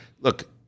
Look